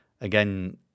again